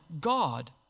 God